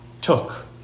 took